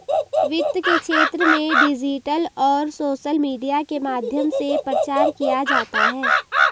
वित्त के क्षेत्र में डिजिटल और सोशल मीडिया के माध्यम से प्रचार किया जाता है